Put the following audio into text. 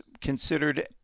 considered